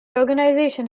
organization